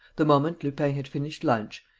the moment lupin had finished lunch,